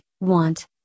want